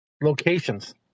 Locations